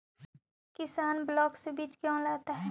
किसान करने ब्लाक से बीज क्यों लाता है?